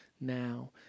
now